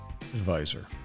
advisor